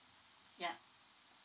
ya